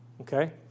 okay